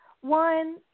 one